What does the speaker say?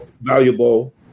valuable